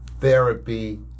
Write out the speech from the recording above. therapy